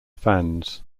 fans